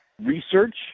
research